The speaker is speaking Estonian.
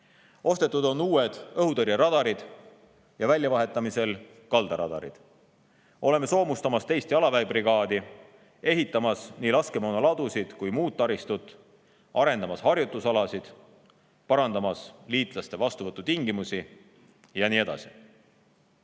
Ostetud on uued õhutõrjeradarid ja väljavahetamisel on kaldaradarid. Soomustame 2. jalaväebrigaadi, ehitame nii laskemoonaladusid kui ka muud taristut, arendame harjutusalasid, parandame liitlaste vastuvõtu tingimusi ja nii edasi.